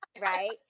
Right